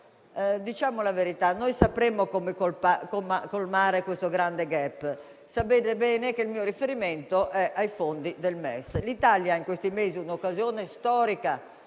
Diciamo la verità, noi sapremmo come colmare questo grande *gap*: sapete bene che il mio riferimento è ai fondi del MES. L'Italia in questi mesi ha l'occasione storica